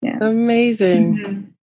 Amazing